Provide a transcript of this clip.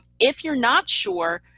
if you're not sure,